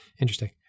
Interesting